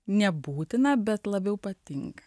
nebūtina bet labiau patinka